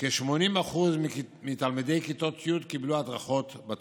כ-80% מתלמידי כיתות י' קיבלו הדרכות בתחום.